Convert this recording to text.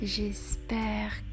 J'espère